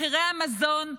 מחירי המזון,